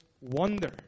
wonder